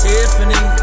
Tiffany